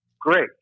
great